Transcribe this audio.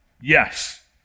Yes